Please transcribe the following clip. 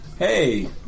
Hey